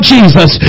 Jesus